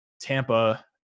Tampa